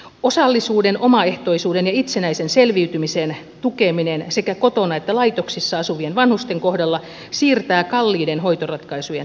osallisuuden omaehtoisuuden ja itsenäisen selviytymisen tukeminen sekä kotona että laitoksissa asuvien vanhusten kohdalla siirtää kalliiden hoitoratkaisujen tarvetta